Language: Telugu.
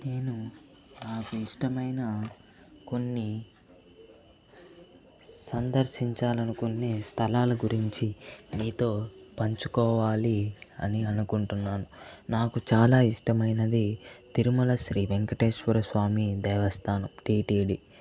నేను నాకు ఇష్టమైన కొన్ని సందర్శించాలనుకునే స్థలాల గురించి మీతో పంచుకోవాలి అని అనుకుంటున్నాను నాకు చాలా ఇష్టమైనది తిరుమల శ్రీ వేంకటేశ్వర స్వామి దేవస్థానం టిటిడి